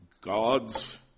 God's